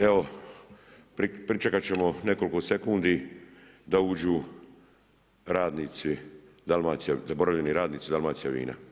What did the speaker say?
Evo pričekat ćemo nekoliko sekundi da uđu radnici, zaboravljeni radnici Dalmacija vina